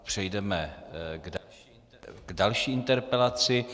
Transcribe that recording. Přejdeme k další interpelaci.